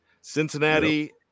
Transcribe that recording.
Cincinnati